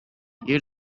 you